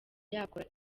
yakora